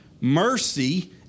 mercy